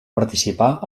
participar